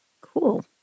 Cool